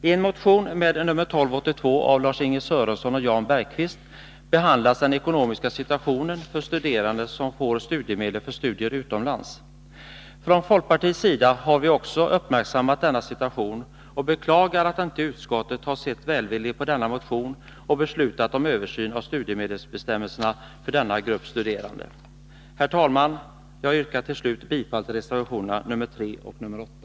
I en motion med numret 1282 av Lars-Ingvar Sörenson och Jan Bergqvist behandlas den ekonomiska situationen för studerande som får studiemedel för studier utomlands. Från folkpartiets sida har vi också uppmärksammat deras situation och beklagar att utskottet inte har sett välvilligt på motionen och beslutat om översyn av studiemedelsbestämmelserna för denna grupp studerande. Herr talman! Jag yrkar till slut bifall till reservationerna 3 och 8.